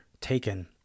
taken